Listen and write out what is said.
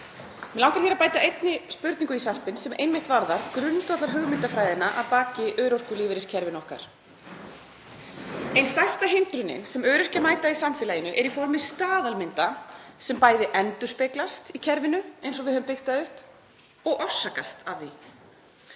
Mig langar að bæta einni spurningu í sarpinn sem varðar einmitt grundvallarhugmyndafræðina að baki örorkulífeyriskerfinu okkar. Ein stærsta hindrunin sem öryrkjar mæta í samfélaginu er í formi staðalmynda sem bæði endurspeglast í kerfinu eins og við höfum byggt það upp og orsakast af því.